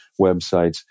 websites